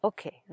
Okay